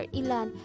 ilan